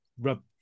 rub